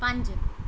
ਪੰਜ